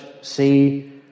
see